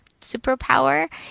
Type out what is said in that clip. superpower